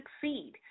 succeed